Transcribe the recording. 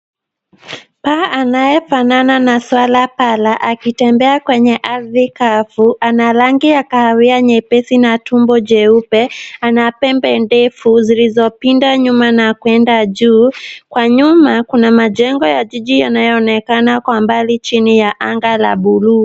Paa anayefanana na swara na akitembea kwenye ardhi kavu ana rangi ya kahawia nyepesi na tumbo jeupe, ana pembe ndefu zilizopinda nyuma na kuenda juu, kwa nyuma kuna majengo ya jiji yanayoonekana kwa mbali chini ya anga la buluu.